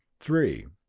three.